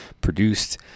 produced